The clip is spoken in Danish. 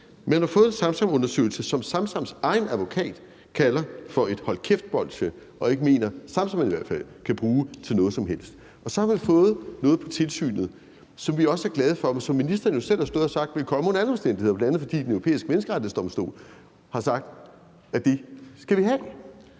Man har fået en Samsamundersøgelse, som Samsams egen advokat kalder for et hold kæft-bolsje og ikke mener at Samsam i hvert fald kan bruge til noget som helst. Og så har man fået noget i forhold til tilsynet, som vi også er glade for, men som ministeren jo selv har stået og sagt ville komme under alle omstændigheder, bl.a. fordi Den Europæiske Menneskerettighedsdomstol har sagt, at det skal vi have.